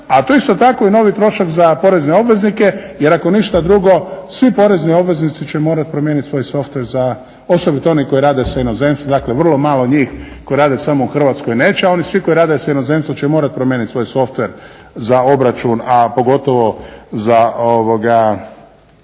tu je isto tako i novi trošak za porezne obveznike, jer ako ništa drugo svi porezni obveznici će morati promijeniti svoj softver za osobito oni koji rade sa inozemstvom, dakle, vrlo malo njih koji rade samo u Hrvatskoj neće a oni svi koji rade sa inozemstvom će morati promijeniti svoj softver za obračun a pogotovo za